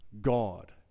God